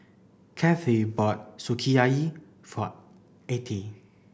Cathey bought Sukiyaki for Attie